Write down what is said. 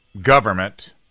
government